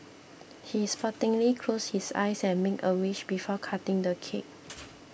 he sportingly closed his eyes and made a wish before cutting the cake